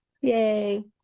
Yay